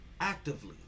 actively